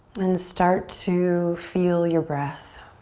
and start to feel your breath.